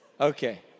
Okay